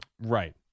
Right